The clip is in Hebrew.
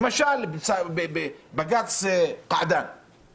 למשל, בג"ץ קעדאן;